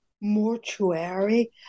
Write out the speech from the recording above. mortuary